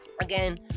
again